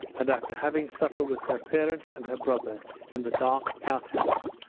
and after having supper with her parents and her brother in the dark outhouse,